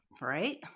Right